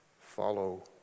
follow